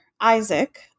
Isaac